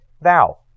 thou